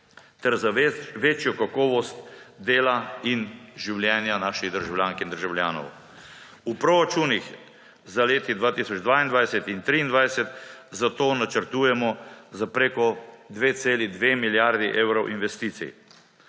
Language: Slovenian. ter za večjo kakovost dela in življenja naših državljank in državljanov. V proračunih za leti 2022 in 2023 zato načrtujemo za preko 2,2 milijarde evrov investicij.